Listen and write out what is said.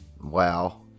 wow